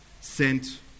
sent